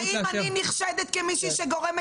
האם אני נחשדת כמישהי שגורמת לכלים לזלוג?